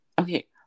Okay